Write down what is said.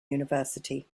university